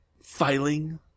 filing